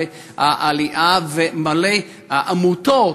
ומלא עמותות